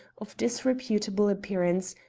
of disreputable appearance,